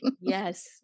Yes